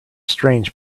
strange